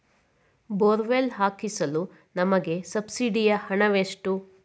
Borewell ಹಾಕಿಸಲು ನಮಗೆ ಸಬ್ಸಿಡಿಯ ಹಣವೆಷ್ಟು?